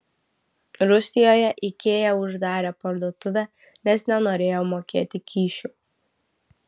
rusijoje ikea uždarė parduotuvę nes nenorėjo mokėti kyšių